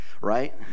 right